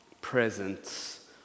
presence